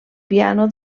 piano